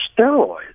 steroids